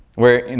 where, you know,